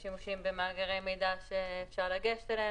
ושנינו דיברנו על אותו מנגנון וככל שנדע שיש איזשהו מקום שחלה בו חריגה,